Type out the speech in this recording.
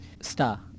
Star